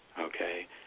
Okay